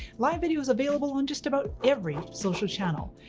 live video is available on just about every social channel.